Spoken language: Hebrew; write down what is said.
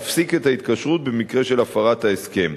להפסיק את ההתקשרות במקרה של הפרת ההסכם.